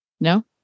No